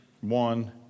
one